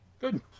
Good